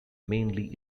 mainly